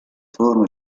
forma